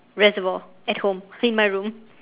reservoir at home in my room